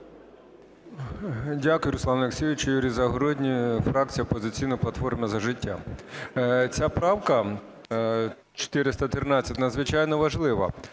Юрій Загородній, фракція "Опозиційна платформа – За життя". Ця правка, 413, надзвичайно важлива.